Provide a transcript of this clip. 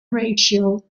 ratio